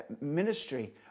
ministry